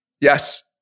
Yes